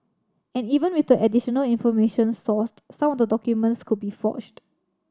and even with the additional information sourced some of the documents could be forged